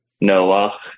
Noah